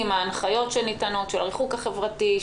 ההנחיות שניתנות של הריחוק החברתי,